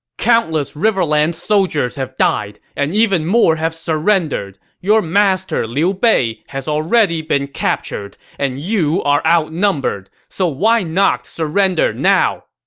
countless riverlands soldiers have died, and even more have surrendered! your master liu bei has already been captured, and you are outnumbered, so why not surrender now!